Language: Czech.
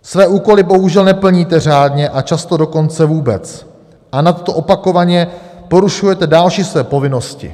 Své úkoly bohužel neplníte řádně, a často dokonce vůbec, a nadto opakovaně porušujete další své povinnosti.